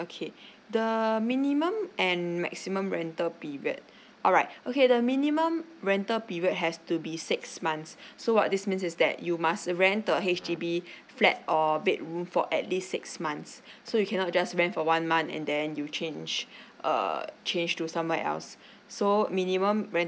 okay the minimum and maximum rental period alright okay the minimum rental period has to be six months so what this means is that you must rent the H_D_B flat or bedroom for at least six months so you cannot just rent for one month and then you change uh change to somewhere else so minimum rental